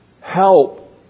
help